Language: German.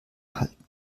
halten